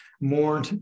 more